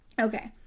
Okay